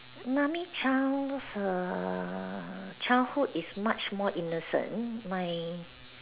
mummy child's err childhood is much more innocent mine